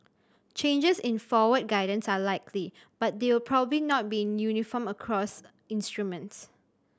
changes in forward guidance are likely but they will probably not be uniform across instruments